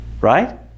Right